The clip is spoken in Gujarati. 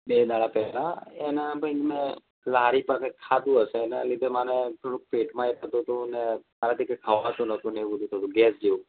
બે દહાડા પહેલાં એના ભાઈ મેં લારી પર કંઈક ખાઘું હશે એના લીધે મને થોડુંક પેટમાં એ થતું હતું અને મારાથી કંઈ ખવાતું નહોતું એવું બધું થતું હતું ગેસ જેવું